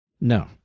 No